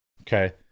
Okay